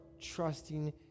trusting